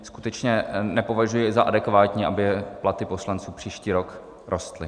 Skutečně nepovažuji za adekvátní, aby platy poslanců příští rok rostly.